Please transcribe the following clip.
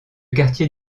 quartier